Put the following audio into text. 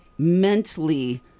mentally